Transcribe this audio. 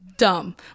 dumb